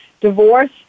divorce